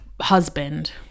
husband